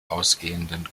ausgehenden